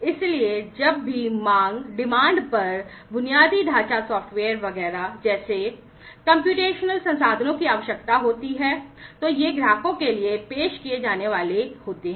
इसलिए जब भी मांग पर बुनियादी ढांचा सॉफ्टवेयर वगैरह जैसे कम्प्यूटेशनल संसाधनों की आवश्यकता होती है तो ये ग्राहकों के लिए पेश किए जाने वाले होते हैं